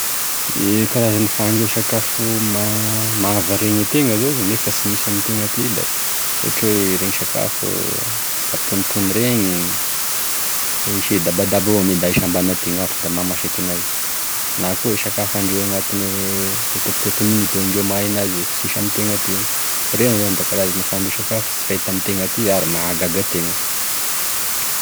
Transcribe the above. E fomba karazagne fahandroa sakafo mahavariagny ategna zao nefa sy misy amitegna atiky, ohatra hoe iregny sakafo atonotono iregny, isegny dabadaba vao me da ahisy ambany aty gnafo da mahamasaky enazy, na koa e sakafo andrahoy ame kokoty minity hoy indreo mahay enazy fa sisy amitegna aty avao ire zany karazan'e fahandroa sakafo sy fahita amitegna aty ary mahagaga ategna.